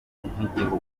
nk’igihugu